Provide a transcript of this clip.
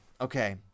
Okay